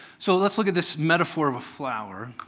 so let's look at this metaphor of a flower.